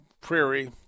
prairie